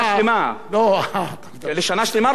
כי כשאתה אומר לממשלה "בושה",